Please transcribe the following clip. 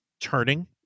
turning